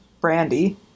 brandy